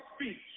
speech